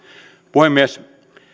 puhemies